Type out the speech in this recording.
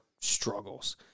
struggles